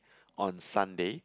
on Sunday